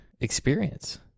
experience